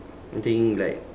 I think like